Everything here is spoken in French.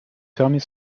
fermer